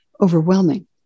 overwhelming